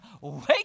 Wake